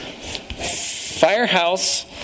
Firehouse